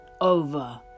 over